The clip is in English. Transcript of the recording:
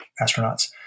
astronauts